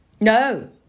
No